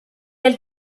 elle